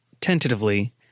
Tentatively